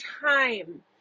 time